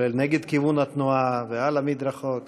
כולל נגד כיוון התנועה ועל המדרכות.